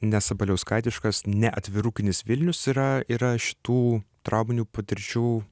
nesabaliauskatiškas ne atvirukinis vilnius yra yra šitų trauminių patirčių